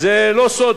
זה לא סוד